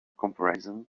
comparison